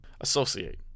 associate